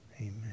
amen